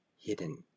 hidden